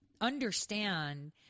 understand